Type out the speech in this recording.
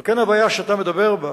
על כן, הבעיה שאתה מדבר בה,